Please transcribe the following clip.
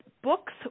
books